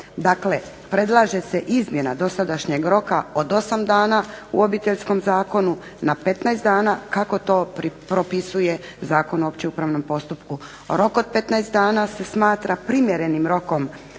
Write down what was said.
Dakle, predlaže se izmjena dosadašnjeg roka od 8 dana u Obiteljskom zakonu na 15 dana kako to propisuje Zakon o općem upravnom postupku. Rok od 15 dana se smatra primjerenim rokom